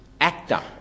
actor